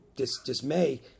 dismay